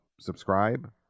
subscribe